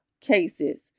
cases